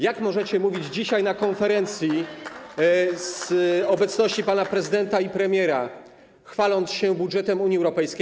Jak możecie mówić dzisiaj na konferencji w obecności pana prezydenta i premiera, chwaląc się budżetem Unii Europejskiej.